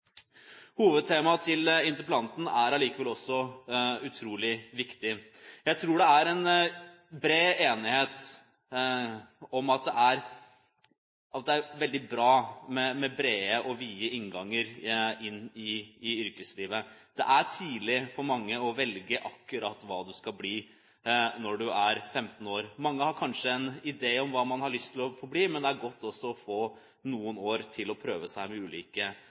Hovedtemaet til interpellanten er likevel utrolig viktig. Jeg tror det er bred enighet om at det er veldig bra med brede og vide innganger inn til yrkeslivet. Det er tidlig for mange å velge akkurat hva de skal bli, når de er 15 år. Mange har kanskje en idé om hva man har lyst til å bli, men det er godt å få noen år til å prøve seg i ulike